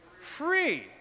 Free